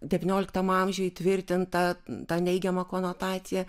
devynioliktam amžiuj įtvirtintą tą neigiamą konotaciją